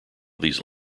these